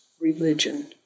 religion